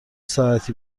ساعتی